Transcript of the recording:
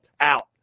out